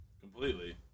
Completely